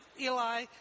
Eli